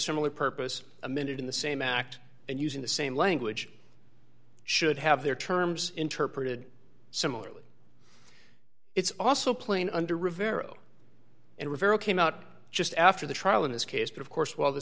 similar purpose a minute in the same act and using the same language should have their terms interpreted similarly it's also plain under rivero and rivera came out just after the trial in this case but of course while the